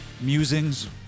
musings